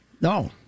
No